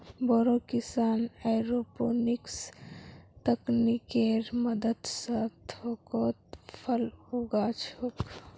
बोरो किसान एयरोपोनिक्स तकनीकेर मदद स थोकोत फल उगा छोक